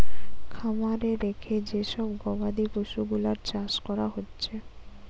খামারে রেখে যে সব গবাদি পশুগুলার চাষ কোরা হচ্ছে